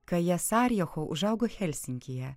kaija sarijecho užaugo helsinkyje